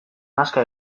nazka